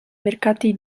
mercati